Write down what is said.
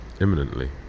imminently